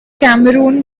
cameroon